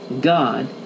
God